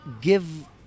give